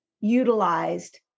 utilized